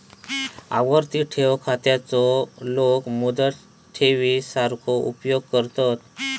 आवर्ती ठेव खात्याचो लोक मुदत ठेवी सारखो उपयोग करतत